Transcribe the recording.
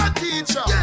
teacher